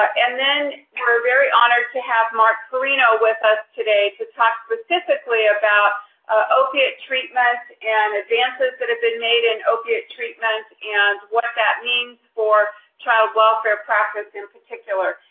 and we're very honored to have mark parrino with us today to talk specifically about opioid treatment and advances that have been made in opioid treatments and what that means for child welfare practice in particular.